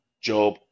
Job